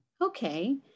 Okay